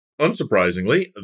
unsurprisingly